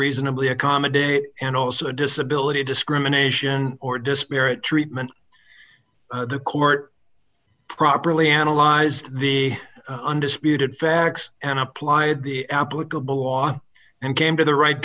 reasonably accommodate and also disability discrimination or disparate treatment the court properly analyze the undisputed facts and apply it be applicable law and came to the right